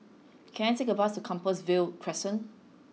can I take a bus to Compassvale Crescent